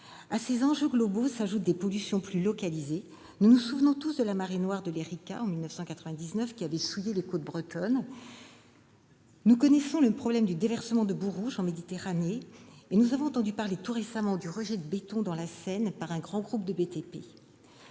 À ces enjeux globaux s'ajoutent des pollutions plus localisées : nous nous souvenons tous de la marée noire de l', en 1999, qui avait souillé les côtes bretonnes ; nous connaissons le problème du déversement de boues rouges en Méditerranée ; nous avons entendu parler, tout récemment, de rejets de béton dans la Seine par un grand groupe de